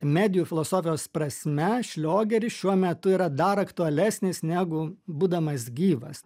medijų filosofijos prasme šliogeris šiuo metu yra dar aktualesnis negu būdamas gyvas